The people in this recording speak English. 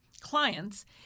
clients